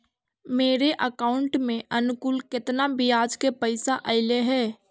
मेरे अकाउंट में अनुकुल केतना बियाज के पैसा अलैयहे?